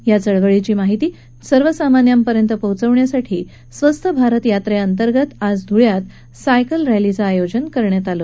या चळवळीची माहिती सर्वसामान्यांपर्यंत पोहोचवण्यासाठी स्वस्थ भारत यात्रेतर्गत आज धुळ्यात सायकल रॅली काढण्यात आली